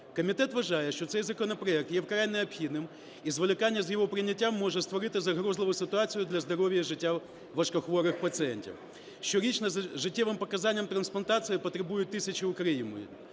Комітет вважає, що цей законопроект є вкрай необхідним і зволікання з його прийняттям може створити загрозливу ситуацію для здоров'я і життя важкохворих пацієнтів. Щорічно за життєвими показаннями трансплантації потребують тисячі українців,